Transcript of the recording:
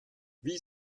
wie